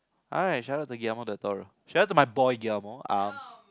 I shoutout to Gilmore shout out to my boy GIlmore um